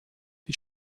die